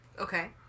Okay